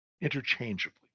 interchangeably